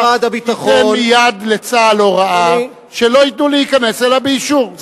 ייתן מייד לצה"ל הוראה שלא ייתנו להיכנס אלא באישור.